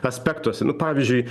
aspektuose nu pavyzdžiui